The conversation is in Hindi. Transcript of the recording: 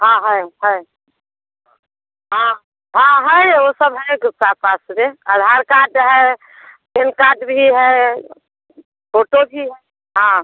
हाँ है है हाँ हाँ है वह सब है उ सब पास रहे आधार काड है पेन काड भी है फोटो भी है हाँ